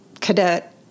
cadet